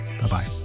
bye-bye